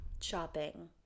Shopping